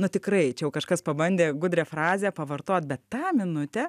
na tikrai čia jau kažkas pabandė gudrią frazę pavartot bet tą minutę